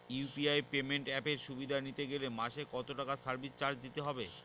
UPI payment অ্যাপের সুবিধা নিতে গেলে মাসে কত টাকা সার্ভিস চার্জ দিতে হবে?